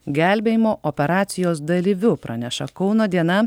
gelbėjimo operacijos dalyviu praneša kauno diena